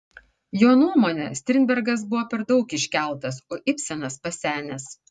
jo nuomone strindbergas buvo per daug iškeltas o ibsenas pasenęs